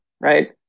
right